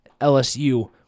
LSU